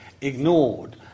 ignored